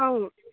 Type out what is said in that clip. অঁ